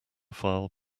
file